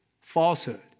falsehood